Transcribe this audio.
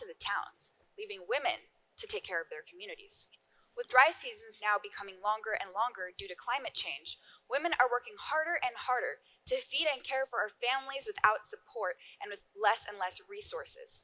to the towns leaving women to take care of their communities with dry seasons now becoming longer and longer due to climate change women are working harder and harder to feed and care for families without support and has less and less resources